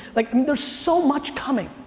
like um there's so much coming,